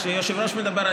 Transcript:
כשהיושב-ראש מדבר,